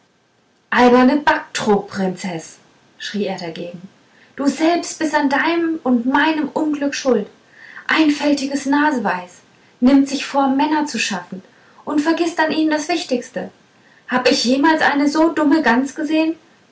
alberne backtrogprinzeß schrie er dagegen du selbst bist an deinem und meinem unglück schuld einfältiges naseweis nimmt sich vor männer zu schaffen und vergißt an ihnen das wichtigste hab ich jemals eine so dumme gans gesehn